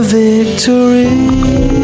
victory